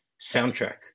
soundtrack